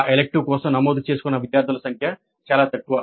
ఆ ఎలిక్టివ్ కోసం నమోదు చేసుకున్న విద్యార్థుల సంఖ్య చాలా తక్కువ